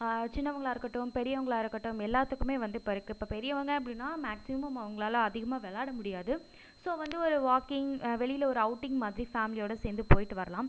சின்னவங்களா இருக்கட்டும் பெரியவங்களா இருக்கட்டும் எல்லோத்துக்குமே வந்து இப்போ இருக்குது இப்போ பெரியவங்க அப்படின்னா மேக்சிமம் அவங்களால அதிகமாக விளயாட முடியாது ஸோ வந்து ஒரு வாக்கிங் வெளியில் ஒரு அவுட்டிங் மாதிரி ஃபேமிலியோடு சேர்ந்து போய்விட்டு வரலாம்